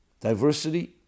Diversity